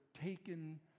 taken